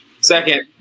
Second